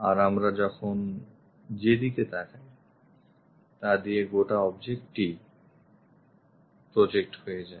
আর আমরা যখন সেদিকে তাকাই তা দিয়ে গোটা objectই প্রজেক্ট হয়ে যায়